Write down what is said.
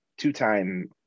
two-time